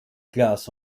glas